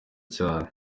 cyane